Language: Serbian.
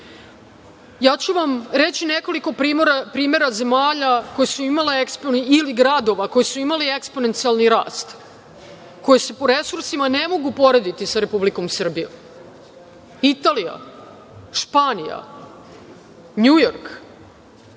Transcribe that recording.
ću vam reći nekoliko primera zemalja ili gradova koji su imali eksponencijalni rast, koje se po resursima ne mogu porediti sa Republikom Srbijom – Italija, Španija, Njujork,